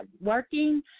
working